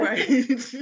Right